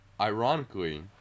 Ironically